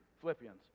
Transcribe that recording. Philippians